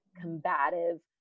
combative